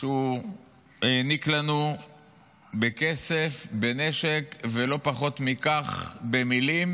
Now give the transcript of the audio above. שהוא העניק לנו בכסף, בנשק, ולא פחות מכך במילים.